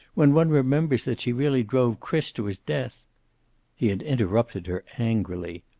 when one remembers that she really drove chris to his death he had interrupted her, angrily.